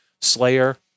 Slayer